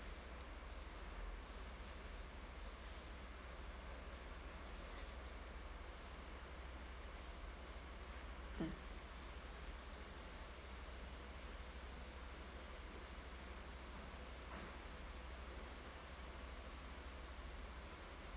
mm